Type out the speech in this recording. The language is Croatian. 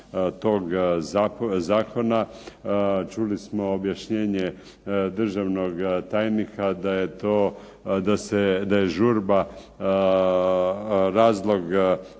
tog zakona, čuli smo objašnjenje državnog tajnika da je to, da